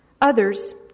Others